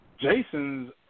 Jason's